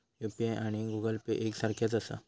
UPI आणि Google Pay एक सारख्याच आसा?